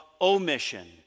omission